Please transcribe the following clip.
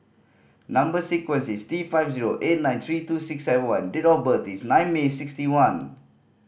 number sequence is T five zero eight nine three two six and one date of birth is nine May sixty one